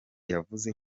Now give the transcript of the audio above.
yavuze